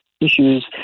issues